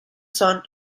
son